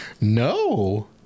No